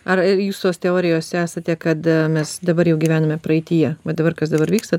ar jūs tos teorijos esate kada mes dabar jau gyvenime praeityje va dabar kas dabar vyksta